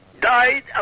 died